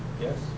Yes